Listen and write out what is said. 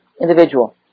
individual